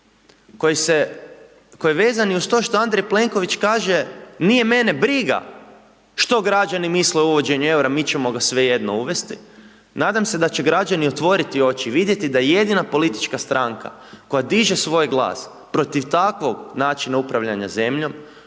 koji je vezan i uz to što Andrej Plenković kaže nije mene briga što građani misle o uvođenju eura, mi ćemo ga svejedno uvesti. Nadam se da će građani otvoriti oči i vidjeti da jedina politička stranka koja diže svoj glas protiv takvog načina upravljanja zemljom,